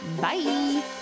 bye